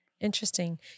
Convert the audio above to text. Interesting